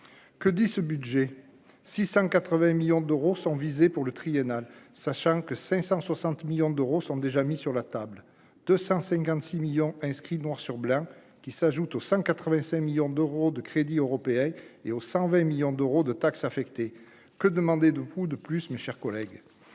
Que dit ce budget 680 millions d'euros sont visés pour le triennal, sachant que 560 millions d'euros sont déjà mis sur la table 256 millions inscrit noir sur blanc, qui s'ajoutent aux 185 millions d'euros de crédits européens et aux 120 millions d'euros de taxe affectée que demander de vous, de plus, mes chers collègues,